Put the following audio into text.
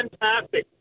fantastic